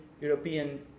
European